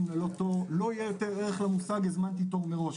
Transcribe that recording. ללא תור לא יהיה יותר ערך למושג של הזמנת תור מראש,